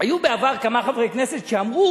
אין היו בעבר כמה חברי כנסת שאמרו